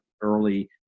early